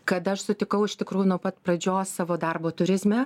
kad aš sutikau iš tikrųjų nuo pat pradžios savo darbo turizme